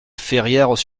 ferrières